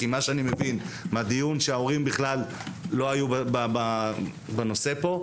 כי מה שאני מבין מהדיון שההורים בכלל לא היו בנושא פה.